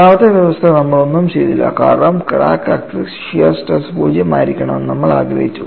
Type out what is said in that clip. മൂന്നാമത്തെ വ്യവസ്ഥ നമ്മൾ ഒന്നും ചെയ്തില്ല കാരണം ക്രാക്ക് ആക്സിസ് ഷിയർ സ്ട്രെസ് 0 ആയിരിക്കണമെന്ന് നമ്മൾ ആഗ്രഹിച്ചു